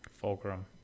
Fulcrum